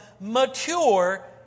mature